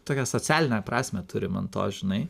tokią socialinę prasmę turim ant to žinai